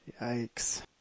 Yikes